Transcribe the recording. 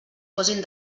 posin